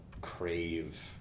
crave